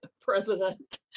President